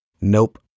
Nope